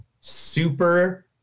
Super